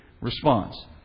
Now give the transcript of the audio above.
response